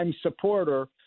supporter